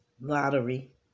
lottery